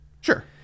Sure